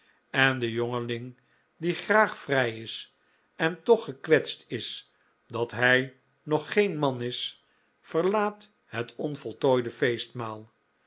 en de jongeling die graag vrij is en toch gekwetst is dat hij nog geen man is verlaat het onvoltooide